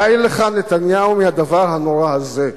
די לך, נתניהו, מהדבר הנורא הזה.